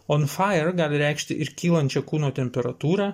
on fire gali reikšti ir kylančią kūno temperatūrą